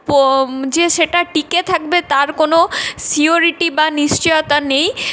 প যে সেটা টিকে থাকবে তার কোনো সিওরিটি বা নিশ্চয়তা নেই